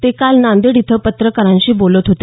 ते काल नांदेड इथं पत्रकारांशी बोलत होते